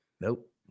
nope